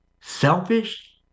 selfish